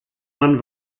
man